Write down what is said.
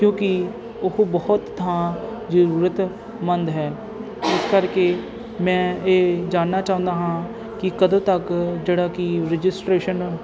ਕਿਉਂਕਿ ਉਹ ਬਹੁਤ ਥਾਂ ਜ਼ਰੂਰਤਮੰਦ ਹੈ ਇਸ ਕਰਕੇ ਮੈਂ ਇਹ ਜਾਣਨਾ ਚਾਹੁੰਦਾ ਹਾਂ ਕਿ ਕਦੋਂ ਤੱਕ ਜਿਹੜਾ ਕਿ ਰਜਿਸਟਰੇਸ਼ਨ